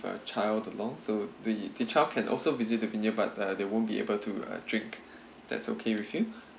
a child along so the the child can also visit the vine yard but uh they won't be able to uh drink if that's okay with you